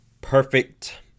perfect